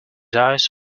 eyes